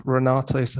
Renato